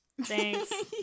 Thanks